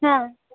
ಹಾಂ